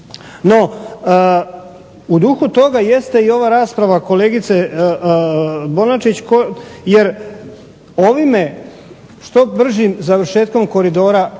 No, u duhu toga jeste i ova rasprave kolegice Bonačić jer ovime što bržim završetkom Koridora 5C u